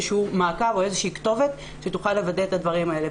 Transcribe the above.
שהוא מעקב או איזה שהיא כתובת שתוכל לוודא את הדברים האלה.